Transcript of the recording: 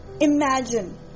Imagine